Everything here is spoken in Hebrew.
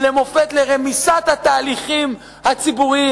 ולמופת לרמיסת התהליכים הציבוריים,